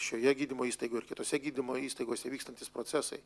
šioje gydymo įstaigoj ir kitose gydymo įstaigose vykstantys procesai